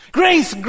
grace